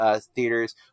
theaters